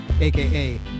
aka